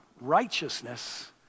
righteousness